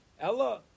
Ella